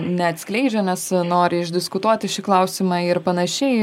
neatskleidžia nes nori išdiskutuoti šį klausimą ir panašiai